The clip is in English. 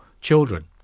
children